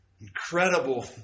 incredible